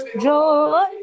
Joy